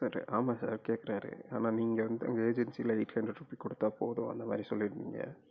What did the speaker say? sir ஆமாம் sir கேட்குறாரு ஆனால் நீங்கள் வந்து உங்க ஏஜென்சியில் எய்ட் ஹண்ட்ரட் ருப்பீ கொடுத்தா போதும் அந்தமாதிரி சொல்லிருந்தீங்க